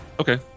Okay